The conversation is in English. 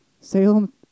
Salem